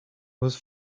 was